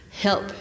help